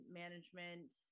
management